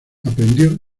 aprendió